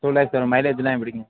two lakhs வரும் மைலேஜுலாம் எப்படிங்க